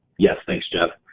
yes thanks, geoff.